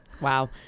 wow